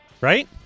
Right